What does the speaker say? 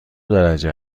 درجه